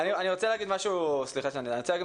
אני רוצה להגיד משהו עקרוני.